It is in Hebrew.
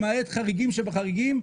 למעט חריגים שבחריגים,